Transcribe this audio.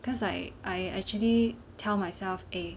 cause I I actually tell myself eh